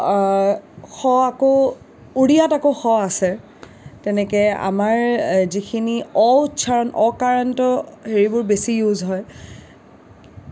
কিন্তু স আকৌ উৰিয়াত আকৌ স আছে তেনেকৈ আমাৰ যিখিনি অ উচ্চাৰণ অ কাৰান্ত হেৰিবোৰ বেছি ইউজ হয়